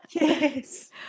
Yes